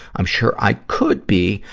i'm sure i could be,